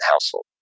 household